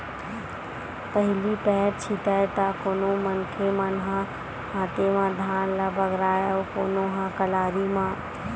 पहिली पैर छितय त कोनो मनखे मन ह हाते म धान ल बगराय अउ कोनो ह कलारी म